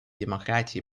демократии